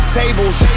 tables